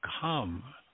come